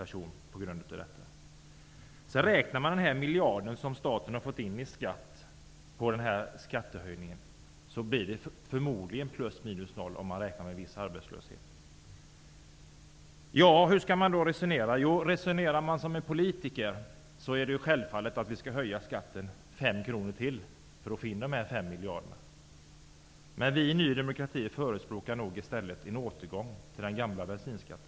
Räknar man alltså in den miljard som staten får in på denna skattehöjning, blir det förmodligen plus minus noll, om vi nu räknar med en viss arbetslöshet. Hur skall man då resonera? Som politiker resonerar man självfallet att vi skall höja skatten ytterligare 5 kr för att få in dessa 5 miljarder som vi hade räknat med. Men vi i Ny demokrati förespråkar i stället en återgång till den gamla bensinskatten.